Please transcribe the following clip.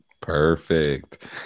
perfect